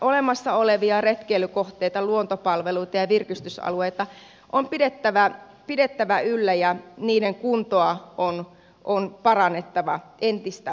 olemassa olevia retkeilykohteita luontopalveluita ja virkistysalueita on pidettävä yllä ja niiden kuntoa on parannettava entistä paremmin